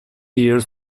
years